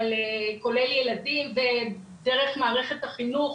כולל ילדים ודרך מערכת החינוך,